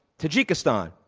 tajikistan,